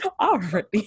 already